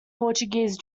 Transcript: portuguese